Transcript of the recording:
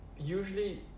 usually